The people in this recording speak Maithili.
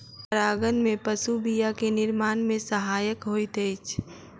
परागन में पशु बीया के निर्माण में सहायक होइत अछि